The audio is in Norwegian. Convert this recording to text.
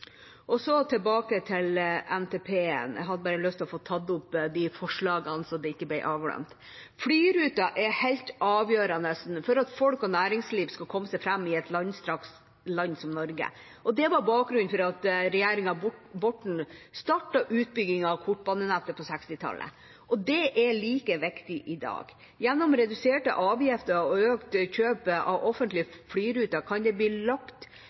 Så tilbake til NTP-en. Jeg hadde bare lyst til å få tatt opp de forslagene, så det ikke ble glemt. Flyruter er helt avgjørende for at folk og næringsliv skal komme seg fram i et langstrakt land som Norge. Det var bakgrunnen for at regjeringa Borten startet utbyggingen av kortbanenettet på 1960-tallet, og det er like viktig i dag. Gjennom reduserte avgifter og økt kjøp av offentlige flyruter kan det bli lagt